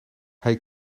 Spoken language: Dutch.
hij